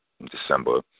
December